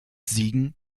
siegen